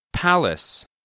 Palace